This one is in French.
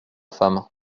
femme